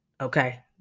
okay